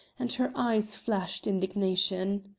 and her eyes flashed indignation.